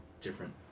different